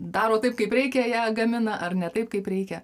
daro taip kaip reikia ją gamina ar ne taip kaip reikia